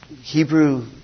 Hebrew